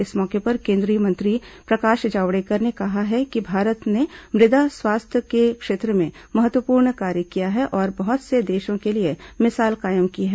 इस मौके पर केंद्रीय मंत्री प्रकाश जावड़ेकर ने कहा है कि भारत ने मुदा स्वास्थ्य के क्षेत्र में महत्वपूर्ण कार्य किया है और बहुत से देशों के लिए मिसाल कायम की है